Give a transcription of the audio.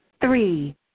Three